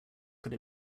could